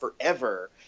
forever